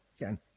again